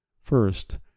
First